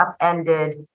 upended